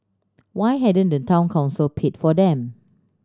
why hadn't the Town Council paid for them